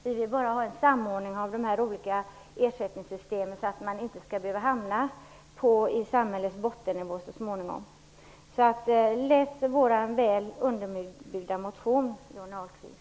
Vi vill bara ha en samordning av de olika ersättningssystemen så att man inte skall behöva hamna på samhällets botten så småningom. Läs vår väl underbyggda motion, Johnny Ahlqvist!